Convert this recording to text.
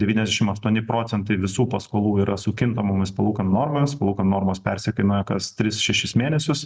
devyniasdešim aštuoni procentai visų paskolų yra su kintamomis palūkanų normomis palūkanų normos persikainuoja kas tris šešis mėnesius